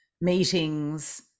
meetings